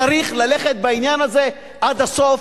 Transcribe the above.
צריך ללכת בעניין הזה עד הסוף,